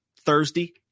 Thursday